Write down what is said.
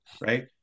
right